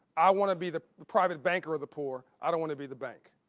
i want to be the the private banker of the poor. i don't want to be the bank.